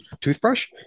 toothbrush